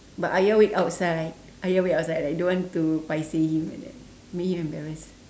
but ayah wait outside ayah wait outside like don't want to paiseh him like that make him embarrassed